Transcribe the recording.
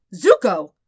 Zuko